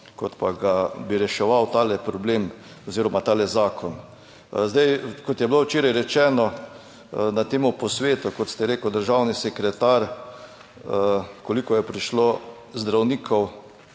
kot pa ga bi reševal ta problem oziroma ta zakon. Kot je bilo včeraj rečeno na tem posvetu, kot ste rekel, državni sekretar, koliko je prišlo zdravnikov